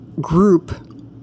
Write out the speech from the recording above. group